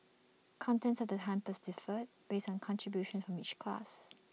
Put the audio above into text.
contents of the hampers differed based on contributions from each class